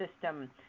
System